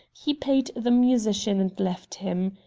he paid the musician and left him.